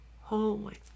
Holy